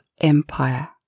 empire